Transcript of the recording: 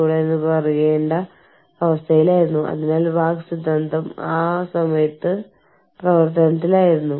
കൂടാതെ നിങ്ങളുടെ പങ്കാളിയുടെ വിസയെ ആശ്രിത വിസയായി സ്പോൺസർ ചെയ്യാൻ കമ്പനി തീരുമാനിക്കുന്നു